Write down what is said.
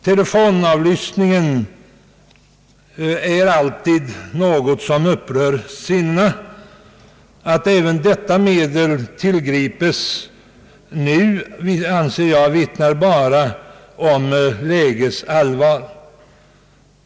Telefonavlyssningen är alltid någonting som upprör sinnena. Att även detta medel tillgripes nu vittnar emellertid enligt min uppfattning bara om lägets allvar.